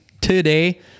today